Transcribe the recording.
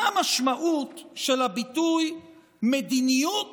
מה המשמעות של הביטוי "מדיניות